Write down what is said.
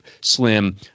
slim